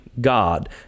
God